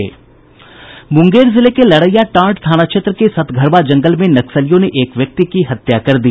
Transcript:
मुंगेर जिले के लड़ैयाटांड थाना क्षेत्र के सतघरवा जंगल में नक्सलियों ने एक व्यक्ति की हत्या कर दी